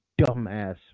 dumbass